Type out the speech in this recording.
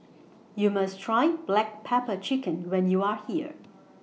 YOU must Try Black Pepper Chicken when YOU Are here